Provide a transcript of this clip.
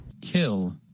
Kill